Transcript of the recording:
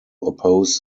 oppose